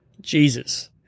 Jesus